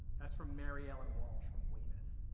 that's from mary ellen walsh, from weymouth.